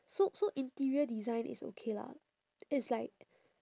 so so interior design is okay lah it's like